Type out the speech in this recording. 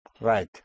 Right